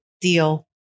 deal